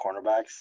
cornerbacks